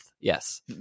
yes